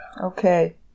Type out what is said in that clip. Okay